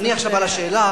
אני עכשיו, שאלה.